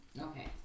Okay